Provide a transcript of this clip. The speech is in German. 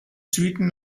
süden